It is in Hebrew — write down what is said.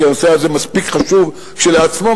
כי הנושא הזה מספיק חשוב כשלעצמו,